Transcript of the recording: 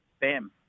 bam